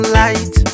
light